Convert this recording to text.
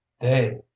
They